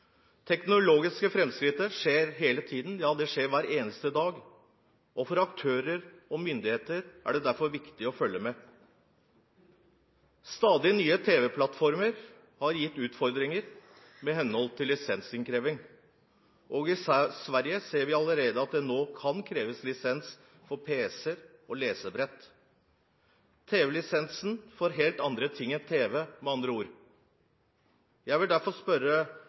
Teknologiske framskritt skjer hele tiden – ja, det skjer hver eneste dag. For aktører og myndigheter er det derfor viktig å følge med. Stadig nye tv-plattformer har gitt utfordringer med tanke på lisensinnkreving. I Sverige ser vi allerede at man kan kreve lisens for pc-er og lesebrett – tv-lisens for helt andre ting enn tv, med andre ord. Jeg vil derfor spørre